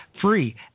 free